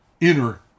inner